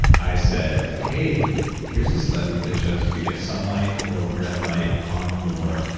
i said, hey, here's this study that shows if you get sunlight or red light on your,